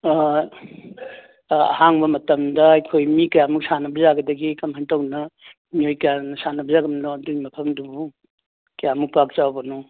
ꯑꯥ ꯑꯥ ꯑꯍꯥꯡꯕ ꯃꯇꯝꯗ ꯑꯩꯈꯣꯏ ꯃꯤ ꯀꯌꯥꯃꯨꯛ ꯁꯥꯟꯅꯕ ꯌꯥꯒꯗꯒꯦ ꯀꯔꯝ ꯍꯥꯏ ꯇꯧꯅ ꯃꯤꯑꯣꯏ ꯀꯌꯥꯅ ꯁꯥꯟꯅꯕ ꯌꯥꯕꯅꯣ ꯑꯗꯨꯒꯤ ꯃꯐꯝꯗꯨꯕꯨ ꯀꯌꯥꯃꯨꯛ ꯄꯥꯛ ꯆꯥꯎꯕꯅꯣ